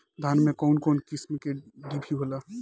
धान में कउन कउन किस्म के डिभी होला?